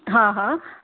हा हा